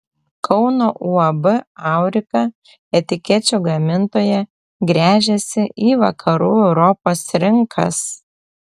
kauno uab aurika etikečių gamintoja gręžiasi į vakarų europos rinkas